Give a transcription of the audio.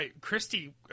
Christy